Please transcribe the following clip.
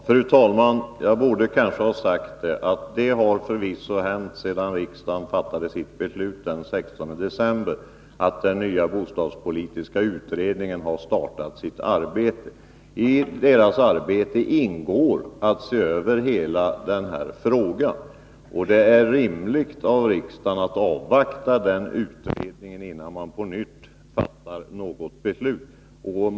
Fru talman! Jag borde kanske ha sagt att sedan riksdagen fattade sitt beslut den 16 december har detta förvisso hänt: att den nya bostadspolitiska utredningen har startat sitt arbete. I dess arbete ingår att se över hela den här frågan. Det är rimligt att avvakta den utredningen innan riksdagen på nytt fattar beslut.